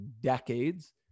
decades